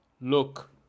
look